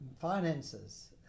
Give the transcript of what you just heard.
finances